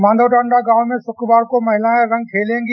माधीटांडा गांव में शुक्रवार को महिलाये रेग खेलेंगी